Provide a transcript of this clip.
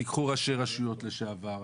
תקחו ראשי רשויות לשעבר,